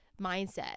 mindset